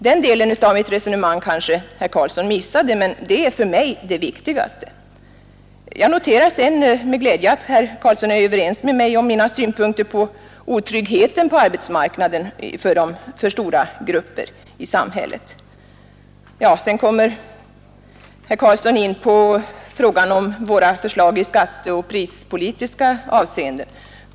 Den delen av mitt resonemang kanske herr Karlsson missade, men det är för mig det viktigaste. Jag noterar sedan med glädje att herr Karlsson är överens med mig om mina synpunkter på otryggheten på arbetsmarknaden för stora grupper i samhället. Sedan kommer herr Karlsson in på våra förslag i skatteoch prispolitiskt avseende.